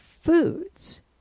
foods